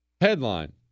headline